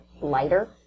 lighter